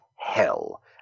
hell